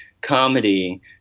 comedy